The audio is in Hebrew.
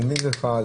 על מי זה חל,